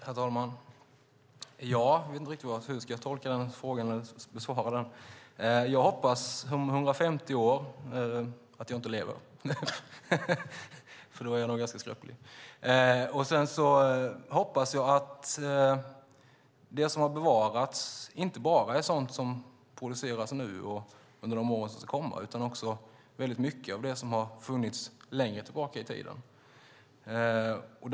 Herr talman! Jag vet inte riktigt hur jag ska tolka eller besvara den frågan. Jag hoppas att jag inte lever om 150 år, för då är jag nog ganska skröplig. Jag hoppas att det som har bevarats inte bara är sådant som produceras nu och under de år som ska komma utan att väldigt mycket av det som funnits längre tillbaka i tiden har bevarats.